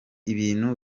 ibintu